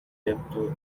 يبدو